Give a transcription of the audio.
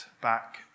back